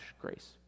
grace